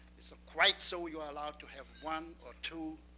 so quite so, you are allowed to have one or two